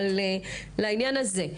אבל לעניין זה,